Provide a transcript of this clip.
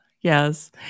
Yes